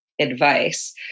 advice